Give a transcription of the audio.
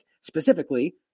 specifically